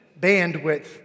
bandwidth